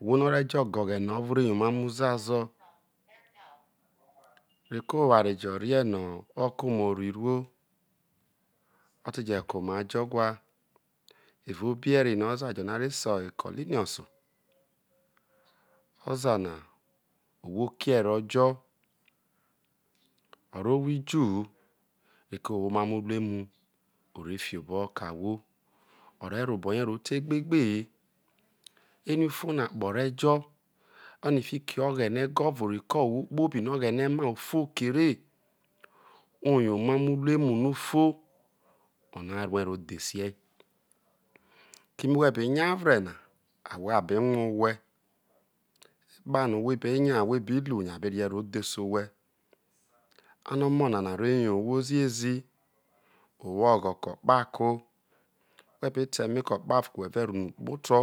ohwonoo ro o̠go̠gbe̠ne̠ ovo oye re yoo oma mo̠ uzuazo reko oware yo̠ ve̠ no̠ o̠ke̠ ome̠ ovivuo ote je ke ome̠ ajowha evao obe e̠re na oza jo no̠ are̠ se lorne/ws oza na ohwo okiere ojo̠ o̠ rro ohwo ju hu riko o wo omomo uruemu ore fioboho ke ohwo o̠re̠ ro̠ akpo̠re jo̠ orono fiko oghene go ovo ho reko ohwo kpobi no ogbe̠ne̠ ma nyovre na ohwo abe no whe epono whe be nya no whe̠ bi ru na are rehiero dhese owhe ano omo nana re yor ohwo aezi owo ogho ke okpako o̠te̠be̠ ta eme kẹ okpako whe̠ve̠ rvo̠ unukpoto̠